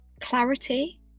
clarity